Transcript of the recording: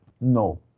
no